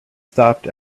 stopped